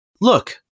Look